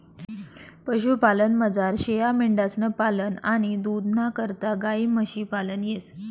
पशुपालनमझार शेयामेंढ्यांसनं पालन आणि दूधना करता गायी म्हशी पालन येस